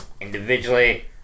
Individually